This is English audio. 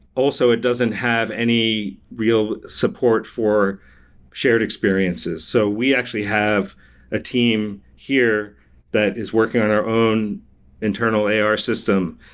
also, it doesn't have any real support for shared experiences. so, we actually have a team here that is working on our own internal ar system,